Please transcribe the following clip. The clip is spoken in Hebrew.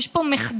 יש פה מחדל,